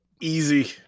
Easy